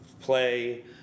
play